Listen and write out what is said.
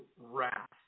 wrath